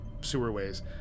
sewerways